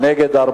ארבעה נגד.